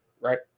right